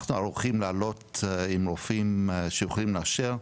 אנחנו ערוכים לעלות עם רופאים שיכולים לאשר,